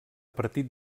partir